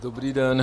Dobrý den.